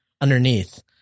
underneath